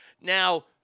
Now